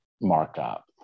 markup